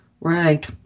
Right